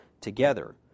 together